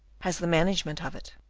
has the management of it.